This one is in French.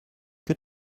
que